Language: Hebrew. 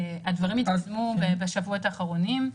הדברים התקדמו בשבועות האחרונים.